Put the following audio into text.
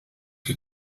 que